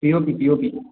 P O P P O P